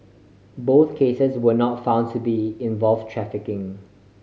both cases were not found to be involve trafficking